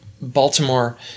Baltimore